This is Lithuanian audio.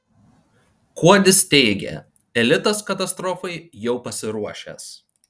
kuodis teigia elitas katastrofai jau pasiruošęs